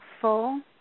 full